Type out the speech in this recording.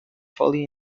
fully